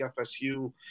FSU